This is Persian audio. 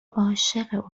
عاشق